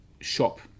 shop